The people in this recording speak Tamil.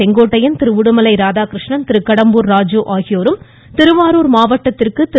செங்கோட்டையன் உடுமலை ராதாகிருஷ்ணன் கடம்பூர் ராஜு ஆகியோரும் திருவாரூர் மாவட்டத்திற்கு திரு